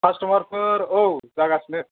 खास्थ'मारफोर औ जागासिनो